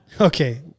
Okay